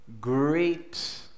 great